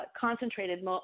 concentrated